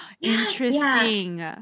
Interesting